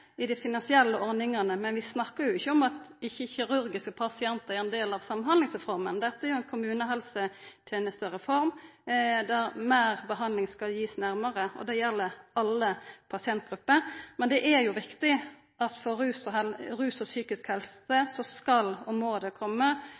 i dei finansielle ordningane, men vi snakkar jo ikkje om at ikkje kirurgiske pasientar er ein del av Samhandlingsreforma. Dette er ei kommunehelsetenestereform, der meir behandling skal verta gitt nærmare, og det gjeld alle pasientgrupper. Men det er riktig at for rus og psykisk helse skal og